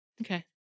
Okay